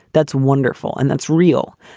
that's wonderful. and that's real.